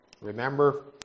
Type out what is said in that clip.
Remember